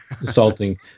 assaulting